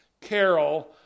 Carol